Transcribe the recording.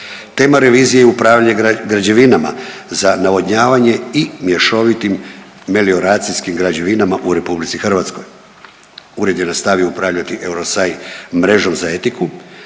Tema revizije je upravljanje građevinama za navodnjavanje i mješovitim melioracijskim građevinama u RH. Ured je nastavio upravljati EUROSAI mrežom za etiku,